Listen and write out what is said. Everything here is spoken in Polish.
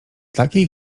takiej